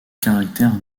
caractère